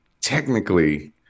technically